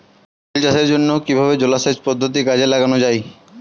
ফুল চাষের জন্য কিভাবে জলাসেচ পদ্ধতি কাজে লাগানো যাই?